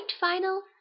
final